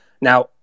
Now